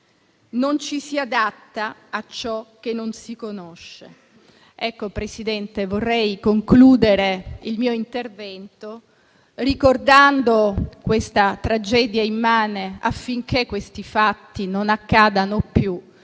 Non ci si adatta a ciò che non si conosce.».